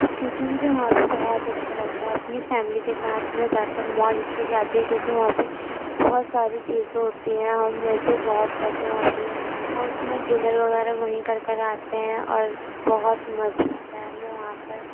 کیونکہ مجھے وہاں پہ بہت اچھا لگتا ہے اپنی فیملی کے ساتھ میں زیادہ تر مال اس لیے جاتی ہوں کیونکہ وہاں پہ بہت ساری چیزیں ہوتی ہیں ہم مزے بہت کرتے ہیں وہاں پہ ہم اپنا ڈنر وغیرہ وہیں کر کر آتے ہیں اور بہت مزہ آتا ہے ہمیں وہاں پر